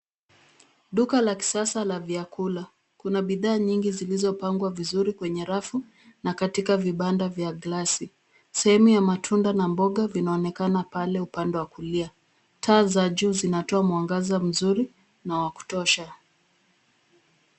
Duka la kisasa la vyakula. Kuna bidhaa nyingi zilizopangwa vizuri kwenye rafu na katika vibanda vya glasi. Sehemu ya matunda na mboga vinaonekana pale upande wa kulia. Taa za juu zinatoa mwangaza mzuri na wa kutosha.